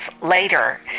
later